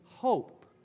Hope